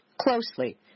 closely